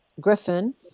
Griffin